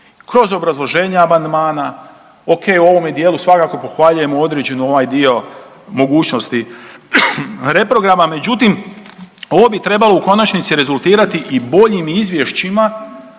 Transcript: kroz obrazloženja amandmana, ok, u ovome dijelu svakako pohvaljujemo određen ovaj dio mogućnosti reprograma, međutim ovo bi trebalo u konačnici rezultirati i boljim izvješćima